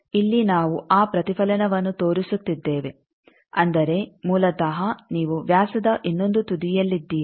ಆದ್ದರಿಂದ ಇಲ್ಲಿ ನಾವು ಆ ಪ್ರತಿಫಲನವನ್ನು ತೋರಿಸುತ್ತಿದ್ದೇವೆ ಅಂದರೆ ಮೂಲತಃ ನೀವು ವ್ಯಾಸದ ಇನ್ನೊಂದು ತುದಿಯಲ್ಲಿದ್ದೀರಿ